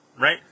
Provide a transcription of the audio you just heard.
Right